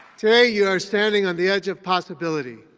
today you are standing on the edge of possibility.